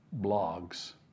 blogs